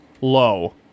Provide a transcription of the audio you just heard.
low